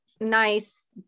nice